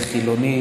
זה חילוני.